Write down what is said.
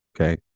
Okay